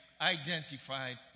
identified